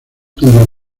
cambios